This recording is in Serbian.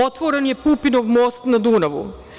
Otvoren je Pupinov most na Dunavu.